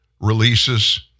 releases